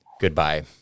Goodbye